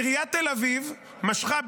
עיריית תל אביב משכה,